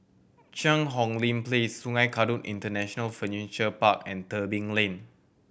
Cheang Hong Lim Place Sungei Kadut International Furniture Park and Tebing Lane